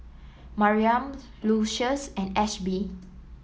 Mariam Lucius and Ashby